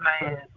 man